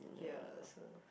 ya so